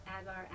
agar